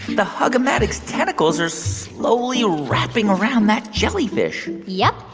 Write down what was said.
the hug-o-matic's tentacles are slowly wrapping around that jellyfish yup.